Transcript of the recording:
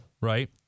right